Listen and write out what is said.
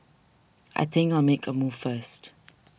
I think I'll make a move first